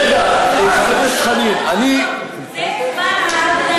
חברי הכנסת חנין ותומא סלימאן, מה אתם מעדיפים?